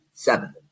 Seven